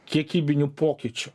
kiekybinių pokyčių